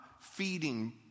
feeding